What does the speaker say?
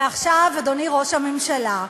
ועכשיו, אדוני ראש הממשלה,